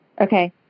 Okay